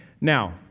Now